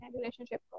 relationship